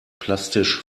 plastisch